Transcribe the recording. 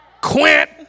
Quint